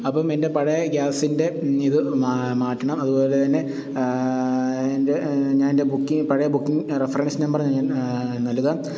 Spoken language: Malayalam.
അപ്പോള് എൻ്റെ പഴയ ഗ്യാസിൻ്റെ ഇത് മാ മാറ്റണം അതുപോലെതന്നെ എൻ്റെ ഞാനെൻ്റെ ബുക്കിംഗ് പഴയ ബുക്കിംഗ് റഫറൻസ് നമ്പർ ഞാൻ നൽകാം